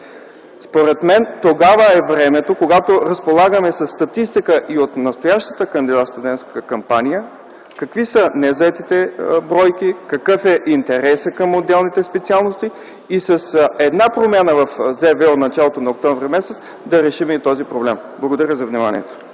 Според мен тогава е времето, когато разполагаме със статистика и от настоящата кандидатстудентска кампания – какви са незаетите бройки, какъв е интересът към отделните специалности, и с една промяна в Закона за висшето образование в началото на м. октомври да решим и този проблем. Благодаря за вниманието.